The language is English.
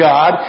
God